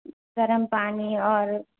गरम पानी आओर